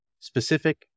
Specific